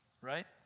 right